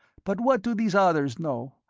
but what do these others know,